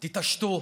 תתעשתו.